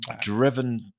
driven